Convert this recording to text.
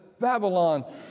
Babylon